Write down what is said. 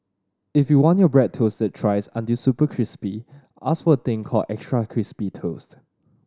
if you want your bread toasted thrice until super crispy ask for a thing called extra crispy toast